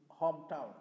hometown